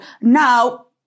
now